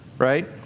Right